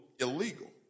illegal